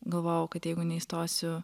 galvojau kad jeigu neįstosiu